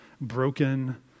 broken